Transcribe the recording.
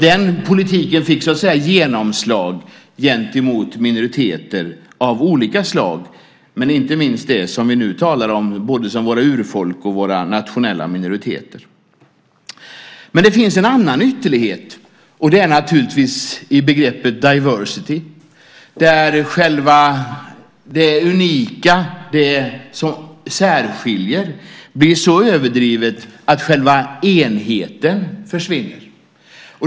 Den politiken fick genomslag gentemot minoriteter av olika slag, men inte minst det som vi nu talar om, både våra urfolk och våra nationella minoriteter. Men det finns en annan ytterlighet, och det finns naturligtvis i begreppet diversity där själva det unika, det som särskiljer, blir så överdrivet att själva enheten försvinner.